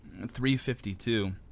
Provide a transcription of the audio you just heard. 352